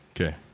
Okay